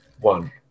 one